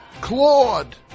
Claude